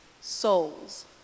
souls